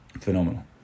phenomenal